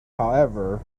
however